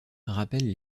rappelle